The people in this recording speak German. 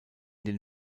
den